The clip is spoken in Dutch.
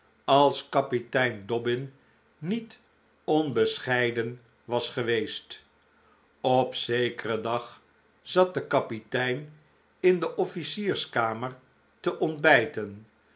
als kapitein dobbin niet onbescheiden was geweest op zekeren dag zat de kapitein in de officierskamer te ontbijten